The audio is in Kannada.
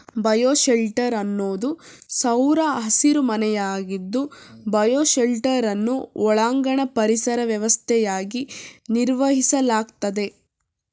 ಬಯೋಶೆಲ್ಟರ್ ಅನ್ನೋದು ಸೌರ ಹಸಿರುಮನೆಯಾಗಿದ್ದು ಬಯೋಶೆಲ್ಟರನ್ನು ಒಳಾಂಗಣ ಪರಿಸರ ವ್ಯವಸ್ಥೆಯಾಗಿ ನಿರ್ವಹಿಸಲಾಗ್ತದೆ